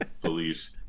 police